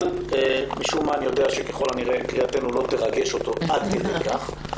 אבל משום מה אני יודע שככל הנראה קריאתנו לא תרגש אותו עד כדי כך.